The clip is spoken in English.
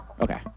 Okay